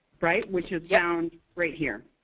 right which is down right here